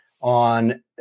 on